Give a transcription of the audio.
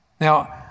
Now